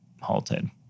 halted